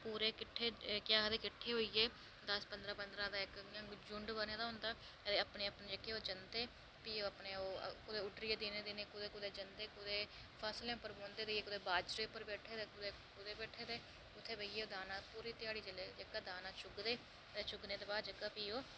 पूरे किट्ठे केह् आखदे किट्ठे होइयै दस्स पंदरां पंदरां दा इक्क झुंड बने दा होंदा ते अपने अपने ओह् जंदे ते भी अपने भी उड्डरियै कुदै कुदै जंदे ते फसलें उप्पर बैठे दे भी कुदै बाजरै उप्पर बैठे दे उत्थें बेहियै दाना पूरी ध्याड़ी जेल्लै दाना चुगदे ते चुगने दे बाद भी ओह्